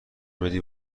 بدی